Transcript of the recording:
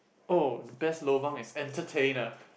oh best lobang is entertainer